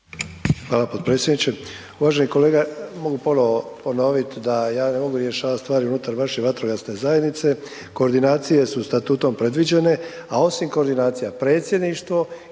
Hvala potpredsjedniče. Uvaženi kolega, mogu ponovo ponovit da ja ne mogu rješavat stvari unutar vaše vatrogasne zajednice, koordinacije su statutom predviđene, a osim koordinacija predsjedništvo